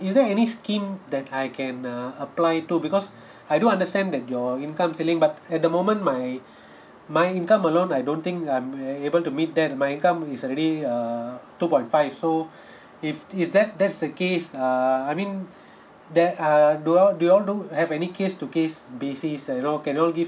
is there any scheme that I can uh apply to because I do understand that your income ceiling but at the moment my my income alone I don't think I'm a~ able to meet that my income is already uh two point five so if if that that's the case uh I mean there err do you all do you all do have any case to case basis uh you know can you all give